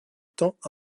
temps